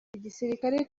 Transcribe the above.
igisirikare